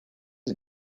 was